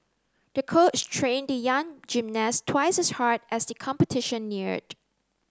the coach trained the young gymnast twice as hard as the competition neared